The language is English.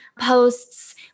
posts